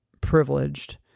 privileged